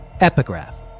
Epigraph